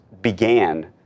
began